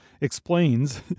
explains